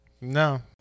No